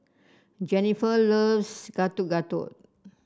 Jenifer loves Getuk Getuk